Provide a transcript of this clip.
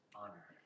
honor